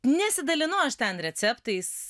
nesidalinu aš ten receptais